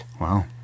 Wow